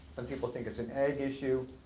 and people think it's an ag issue.